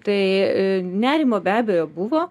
tai nerimo be abejo buvo